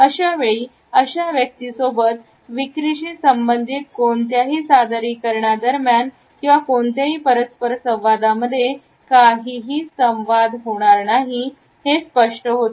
अशावेळी अशा व्यक्तीसोबत विक्रीची संबंधित कोणत्याही सादरीकरणात दरम्यान किंवा कोणत्याही परस्पर संवादामध्ये काहीही संवाद होणार नाही हे स्पष्ट होते